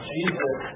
Jesus